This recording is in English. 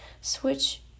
Switch